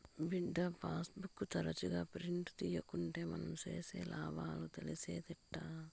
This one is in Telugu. బిడ్డా, పాస్ బుక్ తరచుగా ప్రింట్ తీయకుంటే మనం సేసే లావాదేవీలు తెలిసేటెట్టా